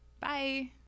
Bye